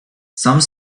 some